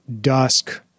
dusk